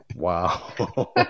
Wow